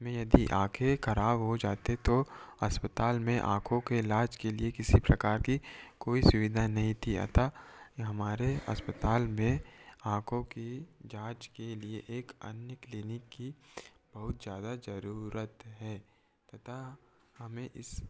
में यदि आँखें खराब हो जाते तो अस्पताल में आँखों के इलाज के लिए किसी प्रकार की कोई सुविधा नहीं थी अतः हमारे अस्पताल में आँखों की जाँच के लिए एक अन्य क्लिनिक की बहुत ज्यादा जरुरत है तथा हमें इस